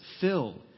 fill